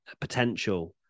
potential